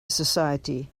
society